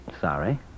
Sorry